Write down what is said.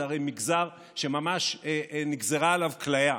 זה הרי מגזר שממש נגזרה עליו כליה.